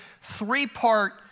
three-part